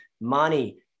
money